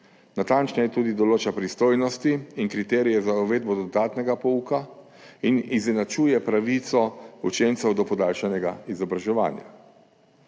Natančneje tudi določa pristojnosti in kriterije za uvedbo dodatnega pouka in izenačuje pravico učencev do podaljšanega izobraževanja.